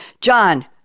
John